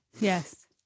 Yes